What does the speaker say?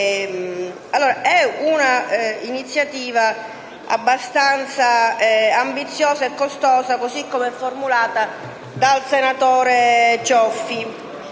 ad un’iniziativa abbastanza ambiziosa e costosa, cosı com’eformulato dal senatore Cioffi.